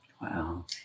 Wow